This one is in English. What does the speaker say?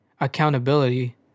Accountability